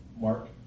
Mark